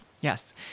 Yes